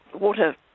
water